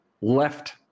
left